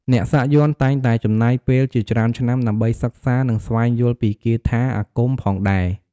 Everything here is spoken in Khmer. អ្នកសាក់យ័ន្តតែងតែចំណាយពេលជាច្រើនឆ្នាំ ដើម្បីសិក្សា និងស្វែងយល់ពីគាថាអាគមផងដែរ។